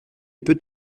put